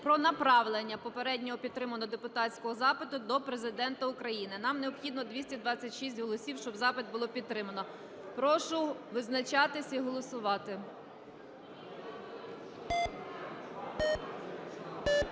про направлення попередньо підтриманого депутатського запиту до Президента України. Нам необхідно 226 голосів, щоб запит було підтримано. Прошу визначатись і голосувати. 11:26:25